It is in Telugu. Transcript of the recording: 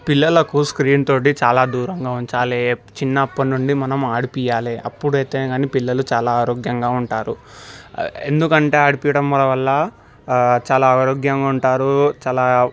పిల్లలకు స్క్రీన్తో చాలా దూరంగా ఉంచాలి చిన్నప్పటి నుండి మనం ఆడించాలి అప్పుడైతే కానీ పిల్లలు చాలా ఆరోగ్యంగా ఉంటారు ఎందుకంటే ఆడించడం వల్ల చాలా ఆరోగ్యంగా ఉంటారు చాలా